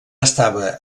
estava